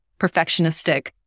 perfectionistic